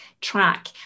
track